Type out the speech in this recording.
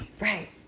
Right